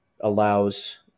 allows